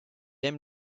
aime